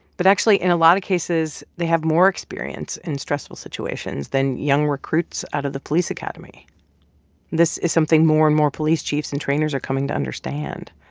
but actually, in a lot of cases, they have more experience in stressful situations than young recruits out of the police academy this is something more and more police chiefs and trainers are coming to understand.